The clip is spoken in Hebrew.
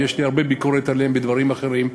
ויש לי הרבה ביקורת עליהם בדברים אחרים,